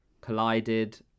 collided